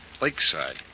Lakeside